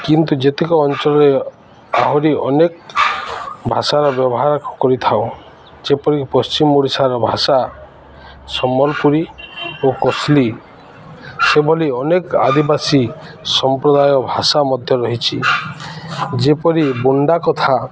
କିନ୍ତୁ ଯେତିକି ଅଞ୍ଚଳରେ ଆହୁରି ଅନେକ ଭାଷାର ବ୍ୟବହାର କରିଥାଉ ଯେପରିକି ପଶ୍ଚିମ ଓଡ଼ିଶାର ଭାଷା ସମ୍ବଲପୁରୀ ଓ କୋଶଲି ସେଭଳି ଅନେକ ଆଦିବାସୀ ସମ୍ପ୍ରଦାୟ ଭାଷା ମଧ୍ୟ ରହିଛିି ଯେପରି ବୁଣ୍ଡା କଥା